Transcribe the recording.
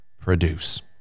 produce